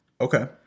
Okay